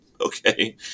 Okay